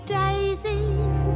daisies